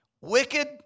Wicked